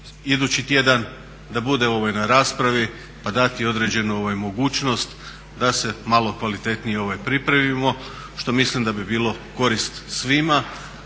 idući tjedan da bude na raspravi pa dati određenu mogućnost da se malo kvalitetnije pripremimo što mislim da bi bilo korist svima,